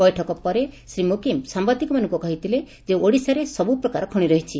ବୈଠକ ପରେ ଶ୍ରୀ ମୁକିମ୍ ସାମ୍ଭାଦିକମାନଙ୍କୁ କହିଥିଲେ ଯେ ଓଡ଼ିଶାରେ ସବୁ ପ୍ରକାର ଖଣି ରହିଛି